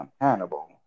Hannibal